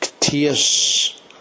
tears